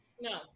No